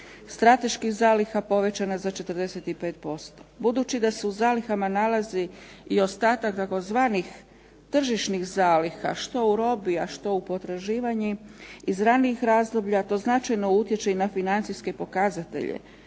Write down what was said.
strateških zaliha povećana za 45%. Budući da se u zalihama nalazi i ostatak tzv. tržišnih zaliha što u robi a što u potraživanju iz ranijih razdoblja to značajno utječe i na financijske pokazatelje.